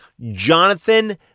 Jonathan